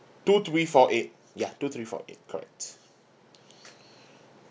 two three four eight ya two three four eight correct